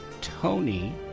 Tony